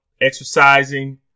exercising